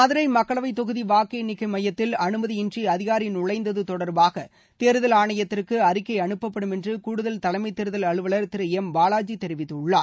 மதுரை மக்களவை தொகுதி வாக்கு எண்ணிக்கை மையத்தில் அனுமதியின்றி அதிகாரி நுழைந்தது தொடர்பாக தேர்தல் ஆணையத்திற்கு அறிக்கை அனுப்பப்படும் என்று கூடுதல் தலைமைத் தேர்தல் அலுவலர் திரு எம் பாலாஜி தெரிவித்திருக்கிறார்